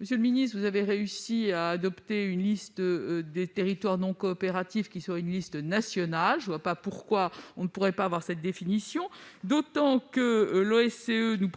Monsieur le ministre, vous avez réussi à faire adopter une liste des territoires non coopératifs, qui est une liste nationale. Je ne vois donc pas pourquoi on ne pourrait pas retenir cette définition, d'autant que l'OCDE